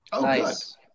nice